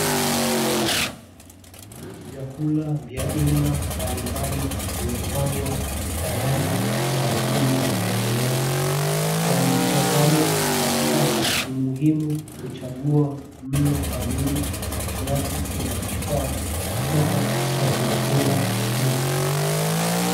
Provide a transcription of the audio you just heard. Vyakula vya aina mbalimbali vimepangwa tayari kwa ajili ya sherehe. Kwa mtazamo wa kiafya ni muhimu kuchagua mlo kamili na kiasi kinachofaa kutoka kwa vyakula hivi